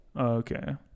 Okay